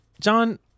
John